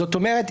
זאת אומרת,